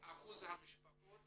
משיעור המשפחות